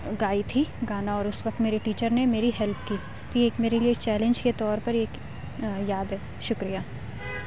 گائی تھی گانا اور اس وقت میرے ٹیچر نے میری ہیلپ کی تو یہ ایک میرے لیے چیلنج کے طور پر ایک یاد ہے شکریہ